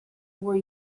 were